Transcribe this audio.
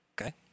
Okay